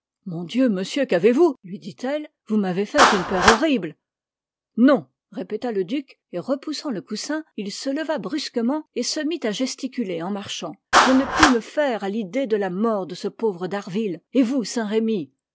mon dieu monsieur qu'avez-vous lui dit-elle vous m'avez fait une peur horrible non répéta le duc et repoussant le coussin il se leva brusquement et se mit à gesticuler en marchant je ne puis me faire à l'idée de la mort de ce pauvre d'harville et vous saint-remy